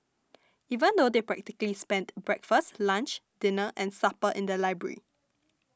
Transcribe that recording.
even though they practically spent breakfast lunch dinner and supper in the library